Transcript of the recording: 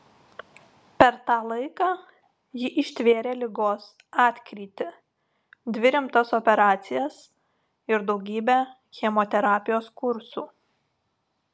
per tą laiką ji ištvėrė ligos atkrytį dvi rimtas operacijas ir daugybę chemoterapijos kursų